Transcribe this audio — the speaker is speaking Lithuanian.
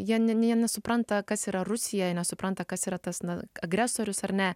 jie ne nesupranta kas yra rusija nesupranta kas yra tas na agresorius ar ne